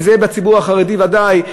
אם זה יהיה בציבור החרדי ודאי,